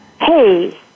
hey